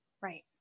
Right